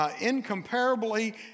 incomparably